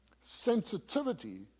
Sensitivity